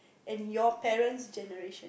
and your parent's generation